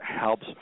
helps